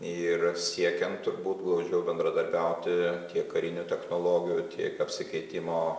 ir siekiant turbūt glaudžiau bendradarbiauti tiek karinių technologijų tiek apsikeitimo